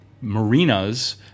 marinas